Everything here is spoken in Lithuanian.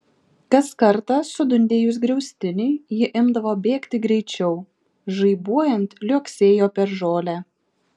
kas kartą sudundėjus griaustiniui ji imdavo bėgti greičiau žaibuojant liuoksėjo per žolę